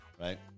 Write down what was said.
Right